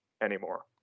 anymore